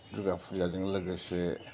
दुर्गा फुजाजों लोगोसे